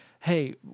hey